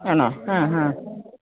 ആണോ ആ ഹാ